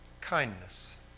kindness